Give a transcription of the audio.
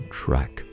track